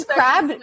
Crab